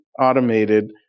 automated